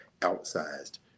outsized